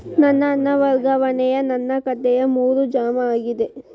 ನನ್ನ ಹಣ ವರ್ಗಾವಣೆಯು ನನ್ನ ಖಾತೆಗೆ ಮರು ಜಮಾ ಆಗಿದೆ